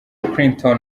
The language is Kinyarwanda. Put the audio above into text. clinton